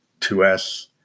2S